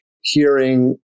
hearing